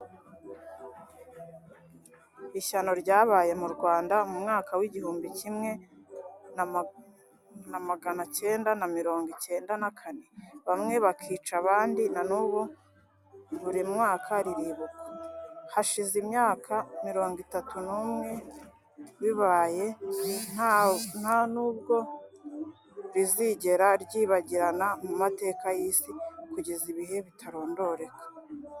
Ishyano ryabaye mu Rwanda mu mwaka w'igihumbi kimwe na magana acyenda na mirongo icyenda na kane, bamwe bakica abandi, na n'ubu, buri mwaka riribukwa, hashize imyaka mirongo itatu n'umwe bibaye, nta n'ubwo rizigera ryibagirana mu mateka y'isi, kugeza ibihe bitarondoreka,